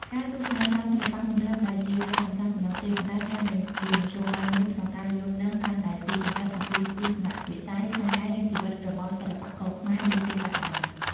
ការទស្សនាសាលសិល្បៈមិនត្រឹមតែជាការកម្សាន្តប៉ុណ្ណោះទេ ប៉ុន្តែថែមទាំងជាមធ្យោបាយមួយក្នុងការយល់ដឹងកាន់តែស៊ីជម្រៅអំពីទស្សនៈវិស័យ ស្នាដៃ និងជីវិតរបស់សិល្បករខ្មែរនាពេលបច្ចុប្បន្ន។